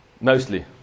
Mostly